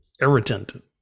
irritant